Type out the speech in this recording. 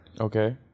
okay